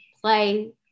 play